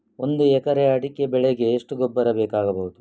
ಒಂದು ಎಕರೆ ಅಡಿಕೆ ಬೆಳೆಗೆ ಎಷ್ಟು ಗೊಬ್ಬರ ಬೇಕಾಗಬಹುದು?